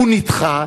הוא נדחה,